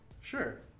Sure